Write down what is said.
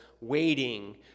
waiting